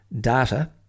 data